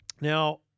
Now